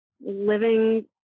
living